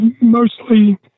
mostly